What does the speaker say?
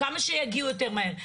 כמה שיגיעו יותר מהר,